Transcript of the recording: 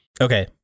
Okay